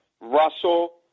Russell